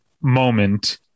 moment